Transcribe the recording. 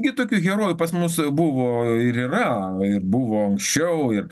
kitokių herojų pas mus buvo ir yra ir buvo anksčiau ir